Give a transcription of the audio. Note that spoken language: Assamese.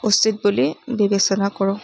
উচিত বুলি বিবেচনা কৰোঁ